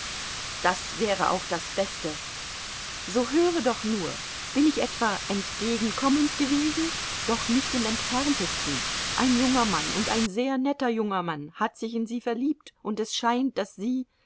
das wäre auch das beste so höre doch nur bin ich etwa entgegenkommend gewesen doch nicht im entferntesten ein junger mann und ein sehr netter junger mann hat sich in sie verliebt und es scheint daß sie